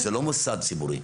זה לא מוסד ציבורי.